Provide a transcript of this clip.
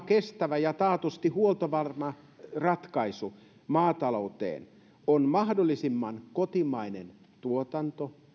kestävä ja taatusti huoltovarma ratkaisu maatalouteen on mahdollisimman kotimainen tuotanto